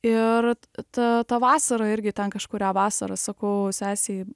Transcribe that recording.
ir ta ta vasara irgi ten kažkurią vasarą sakau sesei